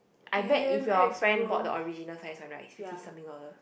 I bet if your friend bought the original size one right is fifty something dollar